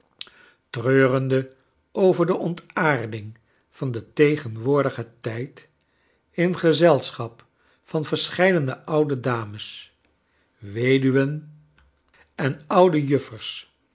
treurende over de ontaarcling van den tegenwoordigen tijd in gezelschap van verscheidene oude dames weduwen en oude